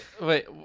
Wait